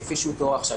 כפי שהוא מתואר עכשיו,